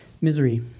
Misery